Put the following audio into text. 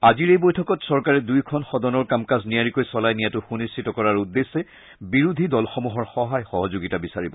আজিৰ এই বৈঠকত চৰকাৰে দুয়োখন সদনৰ কাম কাজ নিয়াৰিকৈ চলাই নিয়াটো সুনিশ্চিত কৰাৰ উদ্দেশ্যে বিৰোধী দলসমূহৰ সহায় সহযোগিতা বিচাৰিব